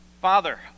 Father